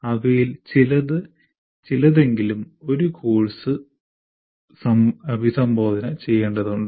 അവയിൽ ചിലത് എങ്കിലും ഒരു കോഴ്സ് അഭിസംബോധന ചെയ്യേണ്ടതുണ്ട്